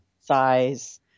size